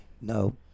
no